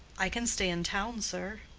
i can stay in town, sir.